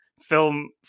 film